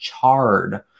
charred